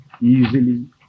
easily